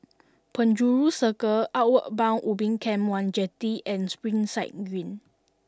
Penjuru Circle Outward Bound Ubin Camp One Jetty and Springside Green